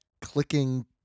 clicking